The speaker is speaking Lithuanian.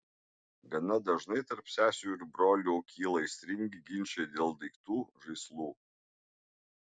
gana dažnai tarp sesių ir brolių kyla aistringi ginčai dėl daiktų žaislų